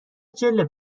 جلد